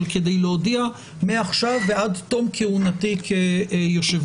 אבל כדי להודיע מעכשיו ועד תום כהונתי כיושב